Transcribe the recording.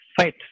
Fight